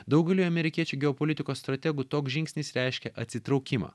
daugeliui amerikiečių geopolitikos strategų toks žingsnis reiškia atsitraukimą